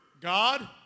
God